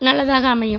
நல்லதாக அமையும்